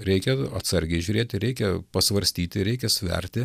reikia atsargiai žiūrėti reikia pasvarstyti reikia sverti